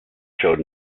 showed